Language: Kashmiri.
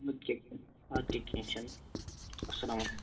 ادٕ کیٛاہ اَدٕ کیٛاہ کیٚنٛہہ چھُنہٕ اَسلام